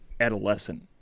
adolescent